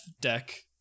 deck